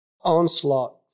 onslaught